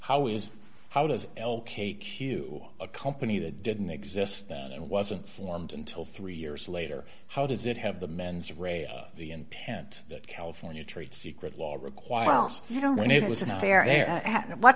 how is how does l k q a company that didn't exist and wasn't formed until three years later how does it have the mens rea the intent that california trade secret law requires you know when it was an affair ha